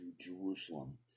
Jerusalem